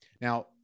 Now